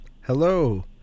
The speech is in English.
hello